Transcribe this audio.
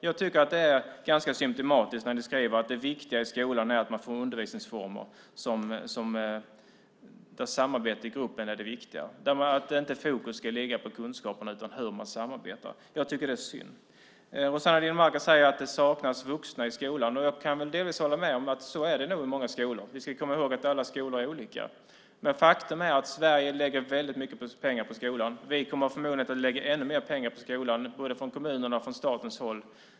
Jag tycker att det är ganska symtomatiskt när ni skriver att det betydelsefulla i skolan är undervisningsformer där samarbete i gruppen är det viktiga, att inte fokus ska ligga på kunskapen utan på hur man samarbetar. Jag tycker att det är synd. Rossana Dinamarca säger att det saknas vuxna i skolan. Jag kan delvis hålla med om att det nog är så i många skolor. Vi ska komma ihåg att alla skolor är olika. Men faktum är att Sverige lägger väldigt mycket pengar på skolan. Vi kommer förmodligen att lägga ännu mer pengar på skolan, från både kommunernas och statens håll.